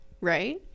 right